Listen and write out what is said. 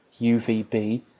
UVB